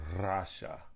Russia